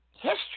History